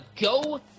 go